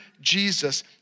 Jesus